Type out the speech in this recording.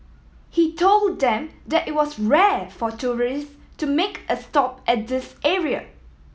he told them that it was rare for tourists to make a stop at this area